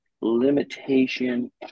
limitation